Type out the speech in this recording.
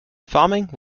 farming